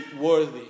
Worthy